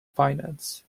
finance